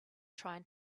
trying